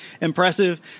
impressive